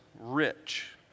rich